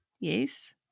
Yes